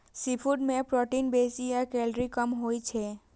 seafood मे protein बेसी आ कैलोरी कम होइ छै